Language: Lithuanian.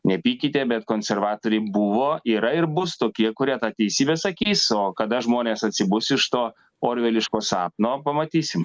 nepykite bet konservatoriai buvo yra ir bus tokie kurie tą teisybę sakys o kada žmonės atsibus iš to orveliško sapno pamatysim